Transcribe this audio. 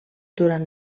durant